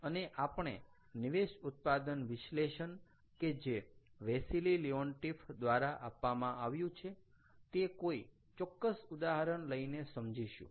અને આપણે નિવેશ ઉત્પાદન વિશ્લેષણ કે જે વેસીલી લિઓનટીફ દ્વારા આપવામાં આવ્યું છે તે કોઈ ચોક્કસ ઉદાહરણ લઈને સમજીશું